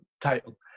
title